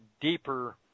deeper